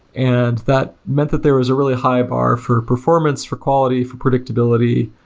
and that meant that there was a really high-bar for performance, for quality, for predictabi lity,